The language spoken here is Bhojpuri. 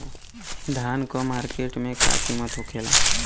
धान क मार्केट में का कीमत होखेला?